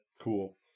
cool